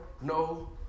no